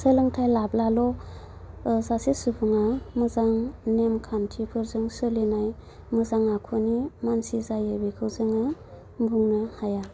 सोलोंथाइ लाब्लाल' सासे सुबुंआ मोजां नेम खान्थिफोरजों सोलिनाय मोजां आखुनि मानसि जायो बेखौ जोङो बुंनो हाया